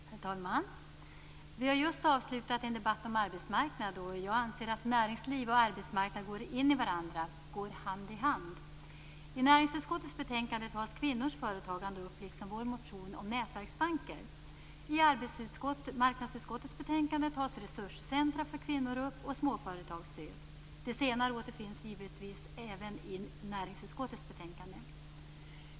Herr talman! Vi har just avslutat en debatt om arbetsmarknad och jag anser att näringsliv och arbetsmarknad går in i varandra, går hand i hand. I näringsutskottets betänkande tas kvinnors företagande upp liksom vår motion om nätverksbanker. I arbetsmarknadsutskottets betänkande tas resurscentra för kvinnor upp och småföretagsstöd. Det senare återfinns givetvis även i näringsutskottets betänkande.